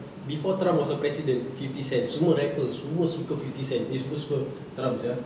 before trump was a president fifty cents semua rapper semua suka fifty cents ni semua suka trump sia